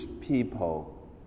people